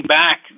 back